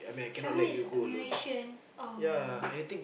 some more it's a Malaysian oh